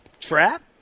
Trap